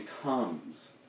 comes